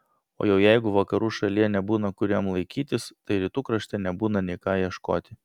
o jau jeigu vakarų šalyje nebūna kur jam laikytis tai rytų krašte nebūna nei ką ieškoti